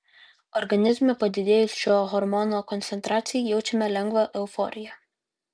organizme padidėjus šio hormono koncentracijai jaučiame lengvą euforiją